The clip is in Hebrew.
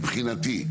מבחינתי,